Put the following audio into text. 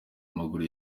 amaguru